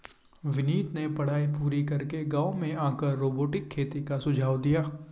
विनीत ने पढ़ाई पूरी करके गांव में आकर रोबोटिक खेती का सुझाव दिया